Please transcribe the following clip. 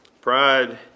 Pride